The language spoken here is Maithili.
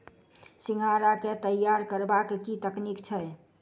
सिंघाड़ा केँ तैयार करबाक की तकनीक छैक?